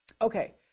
Okay